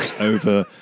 over